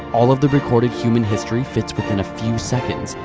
all of the recorded human history fits within a few seconds,